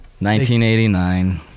1989